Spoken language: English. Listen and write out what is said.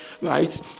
right